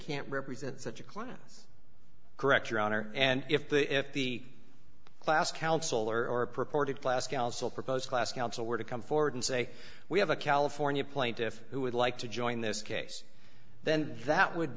can't represent such a class correct your honor and if the if the class council or a purported class council proposed class council were to come forward and say we have a california plaintiff who would like to join this case then that would